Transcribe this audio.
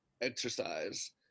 exercise